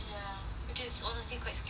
which is honestly quite scary